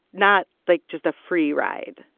not, like, just a free ride.